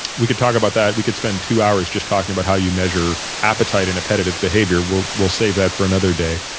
we can talk about that. we could spend two hours just talking about how you measure appetite and appetitive behavior. we'll we'll save that for another day.